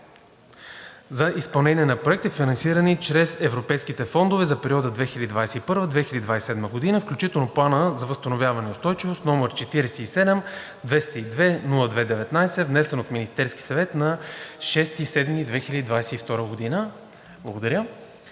за изпълнение на проекти, финансирани чрез Европейските фондове за периода 2021 – 2027 г., включително Плана за възстановяване и устойчивост, № 47-202-02-19, внесен от Министерския съвет на 6 юли 2022 г.“ Благодаря.